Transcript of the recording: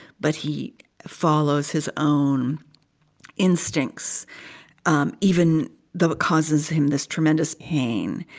but he follows his own instincts um even though it causes him this tremendous pain.